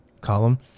column